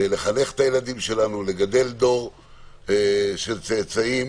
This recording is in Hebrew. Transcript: לחנך את הילדים שלנו, לגדל דור של צאצאים